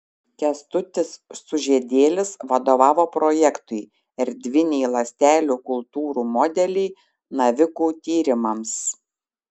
kęstutis sužiedėlis vadovavo projektui erdviniai ląstelių kultūrų modeliai navikų tyrimams